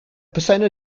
persona